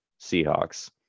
Seahawks